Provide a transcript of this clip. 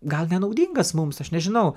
gal nenaudingas mums aš nežinau